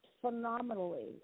phenomenally